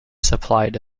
supplied